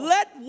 Let